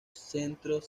centros